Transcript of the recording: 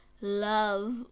love